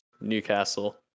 Newcastle